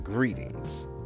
Greetings